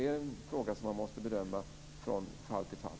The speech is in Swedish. Det är något som måste bedömas från fall till fall.